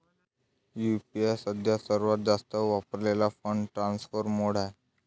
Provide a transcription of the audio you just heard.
UPI सध्या सर्वात जास्त वापरलेला फंड ट्रान्सफर मोड आहे